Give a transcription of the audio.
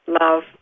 love